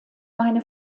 meine